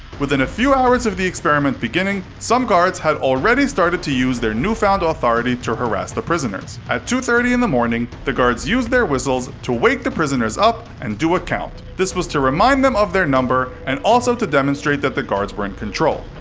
within a few hours of the experiment beginning, some guards had already started to use their newfound authority to harass the prisoners. at two thirty in the morning, the guards used their whistles to wake the prisoners up and do a count. this was to remind them of their number and also to demonstrate that the guards were in control.